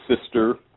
Sister